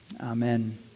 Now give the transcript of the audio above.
Amen